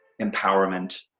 empowerment